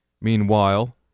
Meanwhile